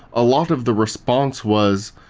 a lot of the response was,